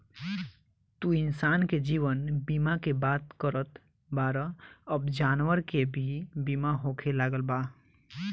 तू इंसान के जीवन बीमा के बात करत बाड़ऽ अब जानवर के भी बीमा होखे लागल बा